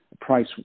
price